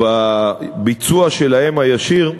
בביצוע שלהם, הישיר,